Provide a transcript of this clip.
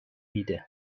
میده